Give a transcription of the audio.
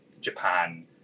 japan